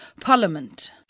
Parliament